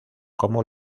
como